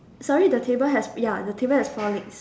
sorry the table has ya the table has four legs